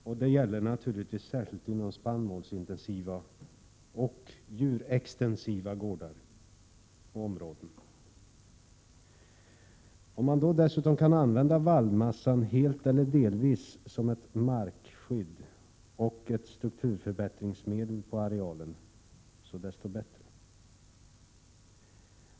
Detta gäller naturligtvis särskilt spannmålsintensiva och djurextensiva gårdar och områden. Om man dessutom kan använda vallmassan helt eller delvis som ett markskydd och ett strukturförbättringsmedel på arealen är det desto bättre.